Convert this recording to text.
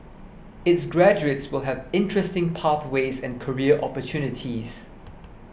its graduates will have interesting pathways and career opportunities